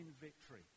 victory